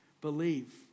believe